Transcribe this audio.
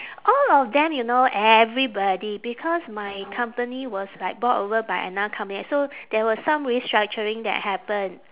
all of them you know everybody because my company was like bought over by another company right so there was some restructuring that happen